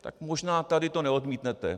Tak možná tady to neodmítnete.